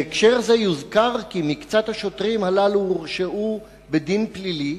בהקשר זה יוזכר כי מקצת השוטרים הללו הורשעו בדין פלילי,